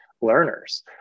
learners